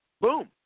boom